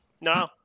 no